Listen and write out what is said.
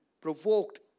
provoked